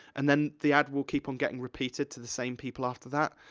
and then, the ad will keep on getting repeated to the same people after that.